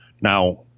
now